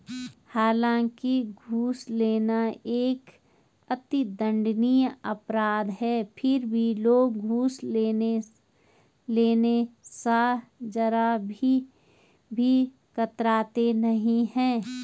हालांकि घूस लेना एक अति दंडनीय अपराध है फिर भी लोग घूस लेने स जरा भी कतराते नहीं है